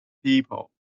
people